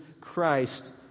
Christ